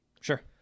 Sure